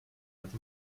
have